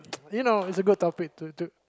you know it's a good topic to to